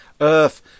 earth